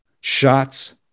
Shots